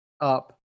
up